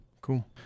Cool